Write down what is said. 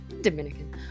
Dominican